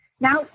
Now